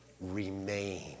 remain